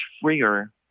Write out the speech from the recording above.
freer